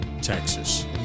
Texas